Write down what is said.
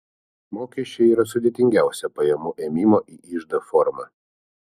mokesčiai yra sudėtingiausia pajamų ėmimo į iždą forma